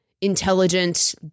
intelligent